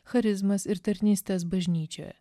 charizmas ir tarnystes bažnyčioje